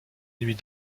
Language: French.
nuit